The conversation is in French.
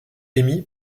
émis